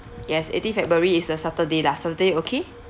yes eighteenth february is the saturday lah saturday okay